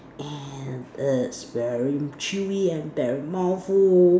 and it's very chewy and they are mouthful